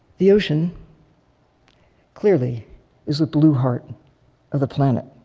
the ocean clearly is the blue heart of the planet.